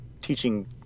teaching